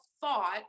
thought